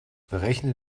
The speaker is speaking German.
berechne